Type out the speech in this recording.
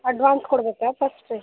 advance ಕೊಡಬೇಕಾ first ರೀ